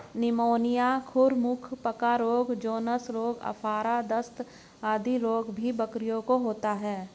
pneumonia, खुर मुँह पका रोग, जोन्स रोग, आफरा, दस्त आदि रोग भी बकरियों को होता है